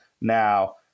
Now